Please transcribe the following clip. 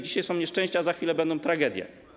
Dzisiaj są nieszczęścia, za chwile będą tragedie.